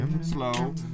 slow